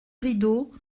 rideau